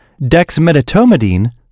dexmedetomidine